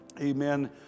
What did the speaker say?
amen